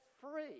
free